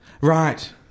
Right